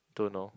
don't know